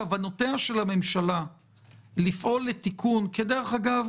כוונותיה של הממשלה לפעול לתיקון דרך אגב,